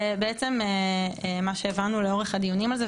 בעצם מה שהבנו לאורך הדיונים על זה,